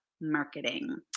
marketing